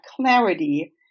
clarity